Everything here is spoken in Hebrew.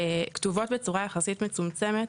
כתובות בצורה יחסית מצומצמת.